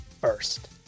First